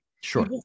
Sure